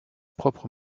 propre